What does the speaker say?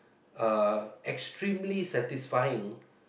uh extremely satisfying